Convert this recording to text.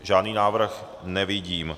Žádný návrh nevidím.